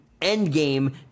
Endgame